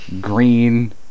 Green